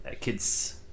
kids